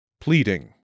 Pleading